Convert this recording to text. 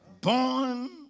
Born